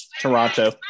Toronto